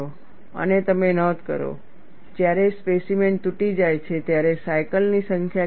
અને તમે નોંધ કરો જ્યારે સ્પેસીમેન તૂટી જાય છે ત્યારે સાયકલની સંખ્યા કેટલી છે